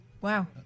wow